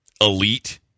elite –